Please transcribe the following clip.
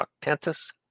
Octantis